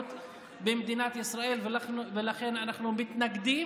המיעוט במדינת ישראל, ולכן אנחנו מתנגדים